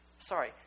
Sorry